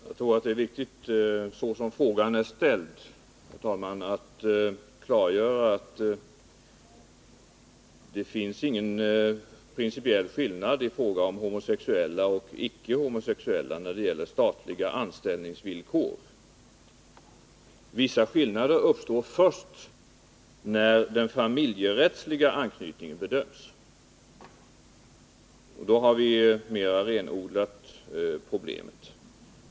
Herr talman! Så som frågan är ställd tror jag att det är viktigt att klargöra att det inte finns någon principiell skillnad i fråga om homosexuella och icke homosexuella när det gäller statliga anställningsvillkor. Vissa skillnader uppstår först när den familjerättsliga anknytningen bedöms. Då har vi renodlat problemet.